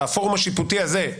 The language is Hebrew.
הפורום השיפוטי הזה,